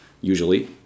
usually